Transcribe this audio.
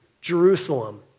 Jerusalem